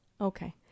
Okay